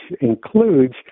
includes